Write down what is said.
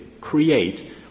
create